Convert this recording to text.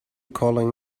calling